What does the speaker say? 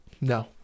No